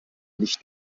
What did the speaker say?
nicht